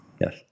Yes